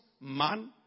man